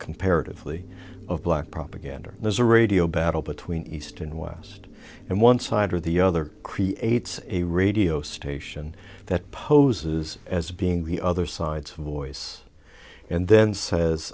comparatively of black propaganda there's a radio battle between east and west and one side or the other creates a radio station that poses as being the other side's voice and then says